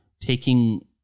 taking